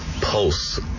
pulse